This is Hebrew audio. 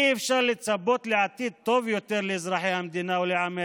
אי-אפשר לצפות לעתיד טוב יותר לאזרחי המדינה ולעמי